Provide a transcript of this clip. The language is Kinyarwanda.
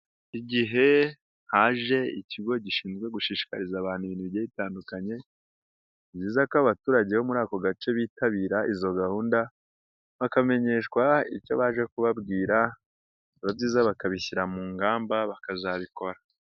Igihe haje ikigo gishinzwe gushishikariza abantu ibintu itandukanye, ni byiza ko abaturage bo muri ako gace bitabira izo gahunda, bakamenyeshwa icyo baje kubabwiraziza bakabishyira mu ngamba bakazabikora.